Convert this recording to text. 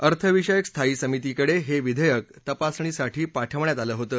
अर्थ विषयक स्थायी समितीकडे हे विधेयक तपासणीसाठी पाठवण्यात आलं होतं